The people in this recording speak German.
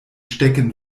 stecken